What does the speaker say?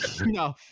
No